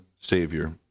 Savior